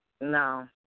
No